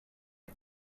est